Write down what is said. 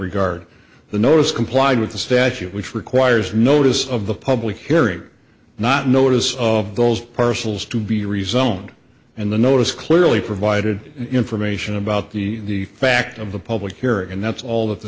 regard the notice complied with the statute which requires notice of the public hearing not notice of those parcels to be rezoned and the notice clearly provided information about the the fact of the public hearing and that's all that the